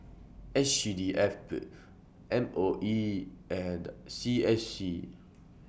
S C D F M O E and C S C